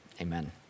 amen